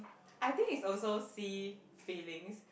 I think is also see feelings